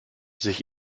sich